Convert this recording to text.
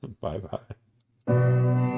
Bye-bye